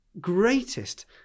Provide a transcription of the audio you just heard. greatest